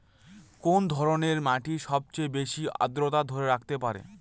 কোন ধরনের মাটি সবচেয়ে বেশি আর্দ্রতা ধরে রাখতে পারে?